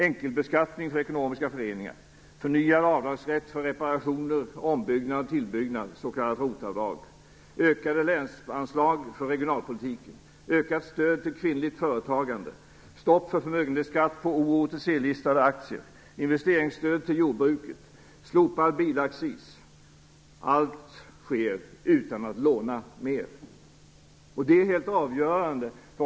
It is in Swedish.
Enkelbeskattning för ekonomiska föreningar, förnyad avdragsrätt för reparationer, ombyggnad och tillbyggnad, s.k. ROT Allt sker utan att vi lånar mer, och det är helt avgörande.